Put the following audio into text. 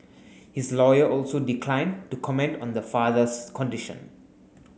his lawyer also declined to comment on the father's condition